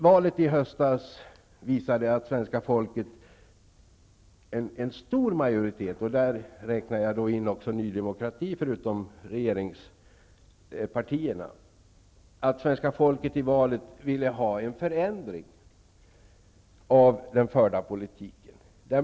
Valet i höstas visade att en stor majoritet av svenska folket -- förutom regeringspartierna räknar jag in Ny demokrati -- ville ha en förändring av den förda politiken.